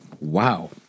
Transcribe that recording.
Wow